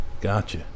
Gotcha